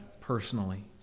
personally